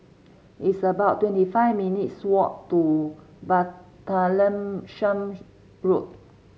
it's about twenty five minutes' walk to Martlesham Road